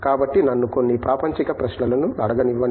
కాబట్టి నన్ను కొన్ని ప్రాపంచిక ప్రశ్నలని అడగనివ్వండి